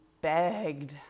begged